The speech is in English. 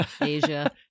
Asia